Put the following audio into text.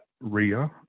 RIA